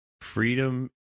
Freedom